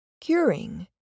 Curing